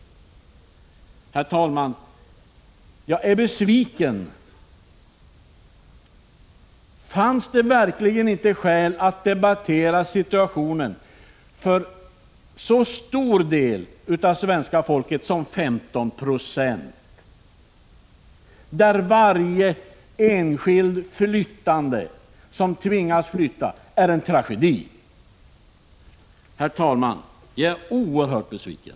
Herr talman! Jag är besviken. Fanns det verkligen inte skäl att debattera situationen för en så stor del av svenska folket som 15 96, när flyttning för varje enskild som tvingas flytta innebär en tragedi? Herr talman! Jag är oerhört besviken.